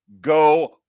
go